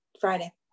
Friday